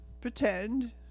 pretend